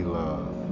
love